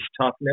toughness